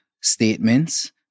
statements